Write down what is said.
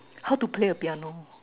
how to play a piano